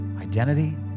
identity